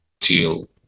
till